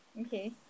Okay